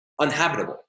unhabitable